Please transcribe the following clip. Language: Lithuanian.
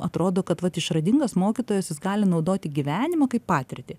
atrodo kad vat išradingas mokytojas jis gali naudoti gyvenimą kaip patirtį